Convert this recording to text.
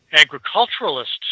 agriculturalists